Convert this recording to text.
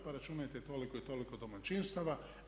Pa računajte toliko i toliko domaćinstava.